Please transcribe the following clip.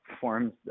forms